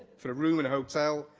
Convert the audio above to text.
for a room in a hotel,